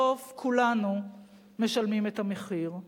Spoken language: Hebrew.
בסוף כולנו משלמים את המחיר.